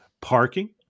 parking